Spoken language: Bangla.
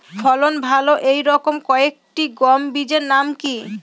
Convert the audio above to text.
ফলন ভালো এই রকম কয়েকটি গম বীজের নাম কি?